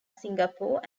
singapore